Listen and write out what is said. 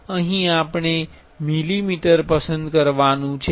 અહીં આપણે મિલીમીટર પસંદ કરવાનુ છે